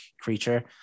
creature